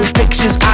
pictures